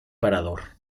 parador